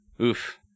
oof